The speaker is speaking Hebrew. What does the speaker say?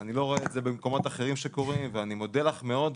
אני לא רואה את זה קורה במקומות אחרים אז אני מודה לך מאוד,